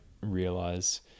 realize